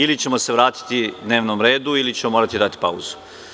Ili ćemo se vratiti dnevnom redu ili ću morati da dam pauzu.